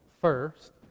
first